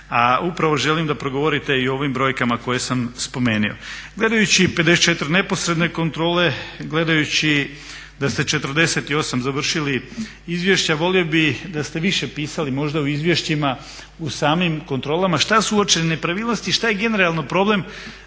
upravo želim da progovorite i o ovim brojkama koje sam spomenuo.